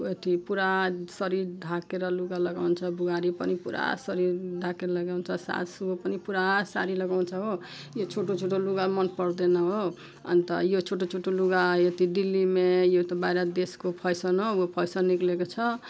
अथि पुरा शरीर ढाकेर लुगा लगाउँछ बुहारी पनि पुरा शरीर ढाकेर लगाउँछ सासू पनि पुरा साडी लगाउँछ हो यो छोटो छोटो लुगा मन पर्दैन हो अनि त यो छोटो छोटो लुगा यो त दिल्लीमें यो त बाहिर देशको फेसन हो फेसन निक्लेको छ